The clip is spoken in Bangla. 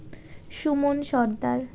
সুমন সর্দার